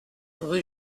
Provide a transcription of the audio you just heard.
rue